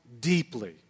deeply